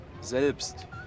selbst